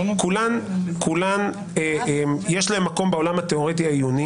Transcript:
לכולן יש מקום בעולם התיאורטי העיוני.